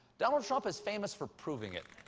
donald trump is famous for proving it